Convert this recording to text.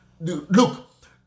Look